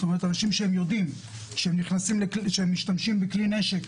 אנשים שיודעים שהם משתמשים בכלי נשק,